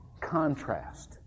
contrast